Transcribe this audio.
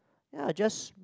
ya just